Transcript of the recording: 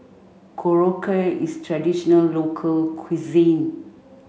Korokke is traditional local cuisine